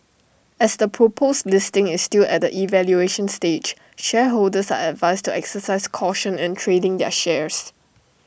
as the proposed listing is still at evaluation stage shareholders are advised to exercise caution in trading their shares